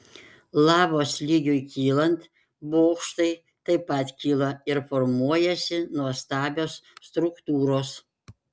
lavos lygiui kylant bokštai taip pat kyla ir formuojasi nuostabios struktūros